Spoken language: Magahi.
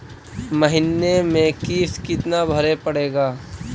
महीने में किस्त कितना भरें पड़ेगा?